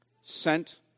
sent